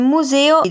Museo